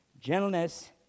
gentleness